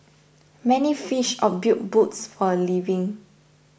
many fished or built boats for a living